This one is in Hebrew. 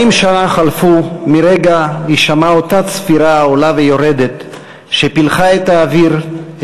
40 שנה חלפו מרגע הישמע אותה צפירה עולה ויורדת שפילחה את האוויר,